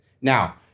Now